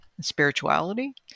spirituality